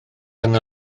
yna